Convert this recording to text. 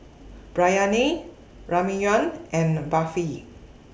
Biryani Ramyeon and Barfi